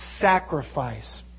sacrifice